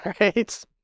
Right